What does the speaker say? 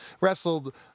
wrestled